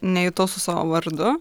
nejutau su savo vardu